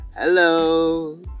Hello